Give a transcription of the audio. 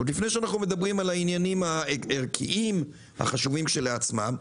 עוד לפני שאנחנו מדברים על הדברים הערכיים החשובים כשלעצמם.